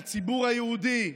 מהציבור היהודי,